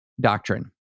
doctrine